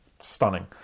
stunning